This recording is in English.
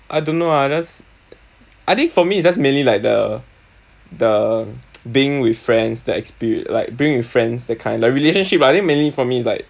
I don't know ah I just I think for me it's just mainly like the the being with friends the exper~ like being with friends that kind of relationship I think mainly for me it's like